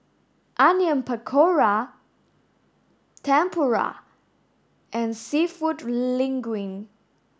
onion pakora tempura and seafood linguine